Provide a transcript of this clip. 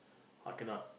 ah cannot